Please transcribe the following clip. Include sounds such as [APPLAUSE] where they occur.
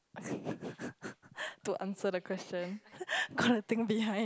[BREATH] to answer the question [LAUGHS] got to think behind